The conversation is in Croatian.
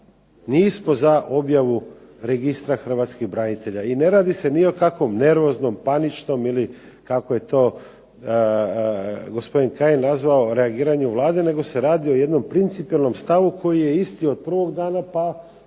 čega nismo za objavu Registra hrvatskih branitelja. I ne radi se ni o kakvom nervoznom, paničnom ili kako je to gospodin Kajin nazvao reagiranju Vlade nego se radi o jednom principijelnom stavu koji je isti od prvog dana pa